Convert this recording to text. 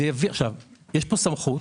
יש כאן סמכות